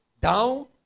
down